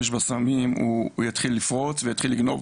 בסמים הוא יתחיל לפרוץ ויתחיל לגנוב.